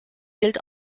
gilt